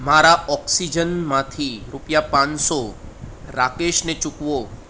મારા ઓક્સિજનમાંથી રૂપિયા પાંચસો રાકેશને ચૂકવો